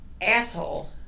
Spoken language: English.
asshole